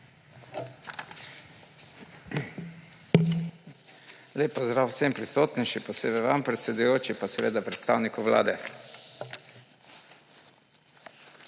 Lep pozdrav vsem prisotnim, še posebej vam, predsedujoči, in predstavniku Vlade!